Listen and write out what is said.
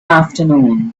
afternoon